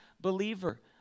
believer